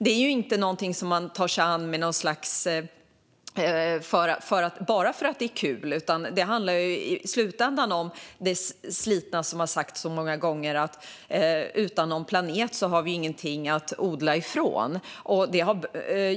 Det är inte något man tar sig an bara för att det är kul, utan det handlar i slutändan om det slitna uttrycket att vi utan en planet inte har något att odla från.